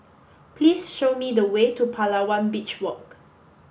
please show me the way to Palawan Beach Walk